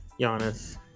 Giannis